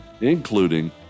including